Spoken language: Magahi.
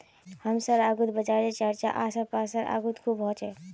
हमसार गांउत बाजारेर चर्चा आस पासेर गाउत खूब ह छेक